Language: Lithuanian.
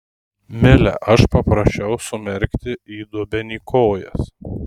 mile aš paprašiau sumerkti į dubenį kojas